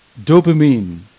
Dopamine